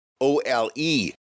O-L-E